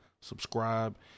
subscribe